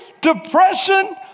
depression